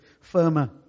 firmer